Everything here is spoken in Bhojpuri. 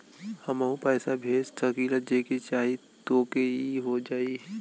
हमहू पैसा भेज सकीला जेके चाही तोके ई हो जाई?